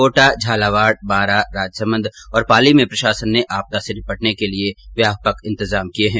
कोटा झालावाड़ बारां राजसमंद और पाली में प्रशासन ने आपदा से निपटने के लिये व्यापक इंतजाम किये है